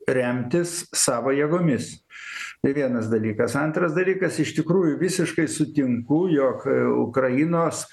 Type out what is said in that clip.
remtis savo jėgomis tai vienas dalykas antras dalykas iš tikrųjų visiškai sutinku jog ukrainos